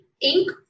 ink